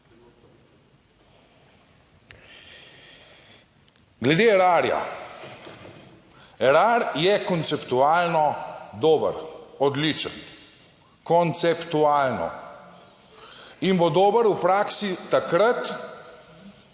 Glede Erarja. Erar je konceptualno dober, odličen konceptualno in bo dober v praksi takrat,